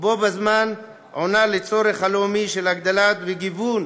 ובו בזמן עונה על הצורך הלאומי של הגדלה וגיוון